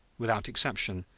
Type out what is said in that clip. without exception,